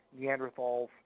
Neanderthals